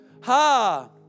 Ha